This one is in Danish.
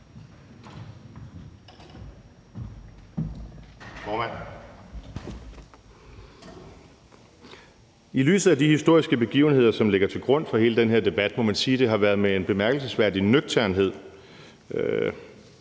I lyset af de historiske begivenheder, som ligger til grund for hele den her debat, må man sige, at det har været med en bemærkelsesværdig nøgternhed